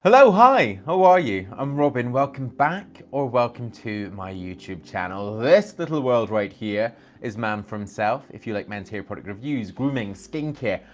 hello, hi, how are you? i'm robin, welcome back or welcome to my youtube channel. this little world right here is man for himself. if you like men's hair product reviews, grooming, skincare,